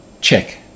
check